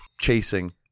chasing